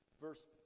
verse